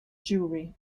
jewry